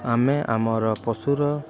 ଆମେ ଆମର ପଶୁର